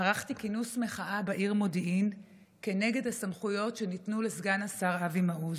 ערכתי כינוס מחאה בעיר מודיעין כנגד הסמכויות שניתנו לסגן השר אבי מעוז.